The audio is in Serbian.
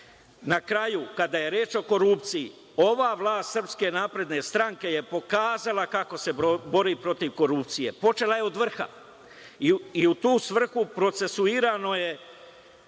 kraju, kada je reč o korupciji ova vlast SNS je pokazala kako se bori protiv korupcije. Počela je od vrha i u tu svrhu procesuirano je